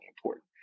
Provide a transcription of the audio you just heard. important